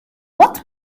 what